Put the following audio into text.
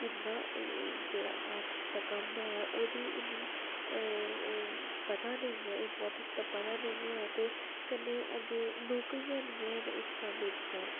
किन्ना जेह्ड़ा आर्टिस्ट दा कम्म ऐ ओह्दी इन्नी ओह् पता नेईं ऐ इम्पारटैंस दा पता नेईं ऐ ते कन्नै अग्गें नौकरियां हैन्नी हैन इस स्हाबै दियां